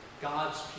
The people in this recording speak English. ...God's